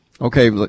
Okay